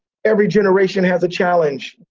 every generation has a challenge.